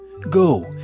Go